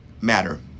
matter